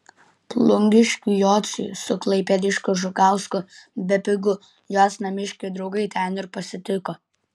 plungiškiui jociui su klaipėdiškiu žukausku bepigu juos namiškiai draugai ten ir pasitiko